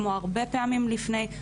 כמו הרבה פעמים לפני,